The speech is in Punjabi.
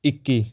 ਇੱਕੀ